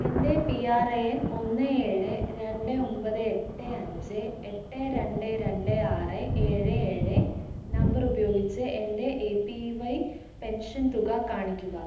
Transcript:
എൻ്റെ P R A N ഒന്ന് ഏഴ് രണ്ട് ഒൻപത് എട്ട് അഞ്ച് എട്ട് രണ്ട് രണ്ട് ആറ് ഏഴ് ഏഴ് നമ്പർ ഉപയോഗിച്ച് എൻ്റെ എ പി വൈ പെൻഷൻ തുക കാണിക്കുക